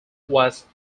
was